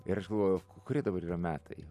ir aš galvoju kurie dabar yra metai